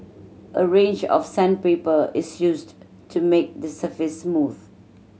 a range of sandpaper is used to make the surface smooth